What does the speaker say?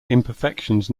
imperfections